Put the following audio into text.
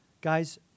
Guys